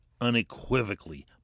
unequivocally